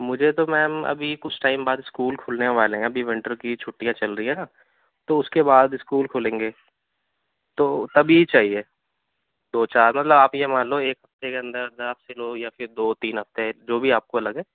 مجھے تو میم ابھی کچھ ٹائم بعد اسکول کھلنے والے ہیں ابھی ونٹر کی چھٹیاں چل رہی ہیں نا تو اس کے بعد اسکول کھلیں گے تو تبھی چاہیے دو چار مطلب آپ یہ مان لو ایک ہفتے کے اندر اندر آپ سلو یا دو تین ہفتے جو بھی آپ کو لگے